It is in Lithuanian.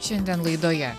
šiandien laidoje